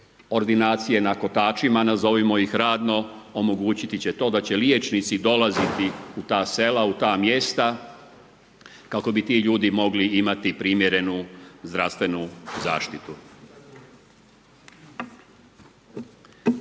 ordinacije na kotačima, nazovimo ih radno omogućiti će to da će liječnici dolaziti u ta sela, u ta mjesta kako bi ti ljudi mogli imati primjerenu zdravstvenu zaštitu.